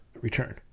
return